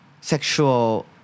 sexual